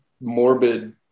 morbid